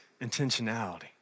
intentionality